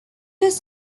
his